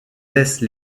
laissent